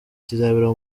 kizabera